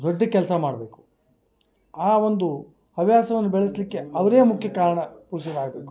ದೊಡ್ಡ ಕೆಲಸ ಮಾಡಬೇಕು ಆ ಒಂದು ಹವ್ಯಾಸವನ್ನ ಬೆಳೆಸಲಿಕ್ಕೆ ಅವರೇ ಮುಖ್ಯ ಕಾರಣ ಪೂಜ್ಯರಾಗಬೇಕು